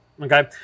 Okay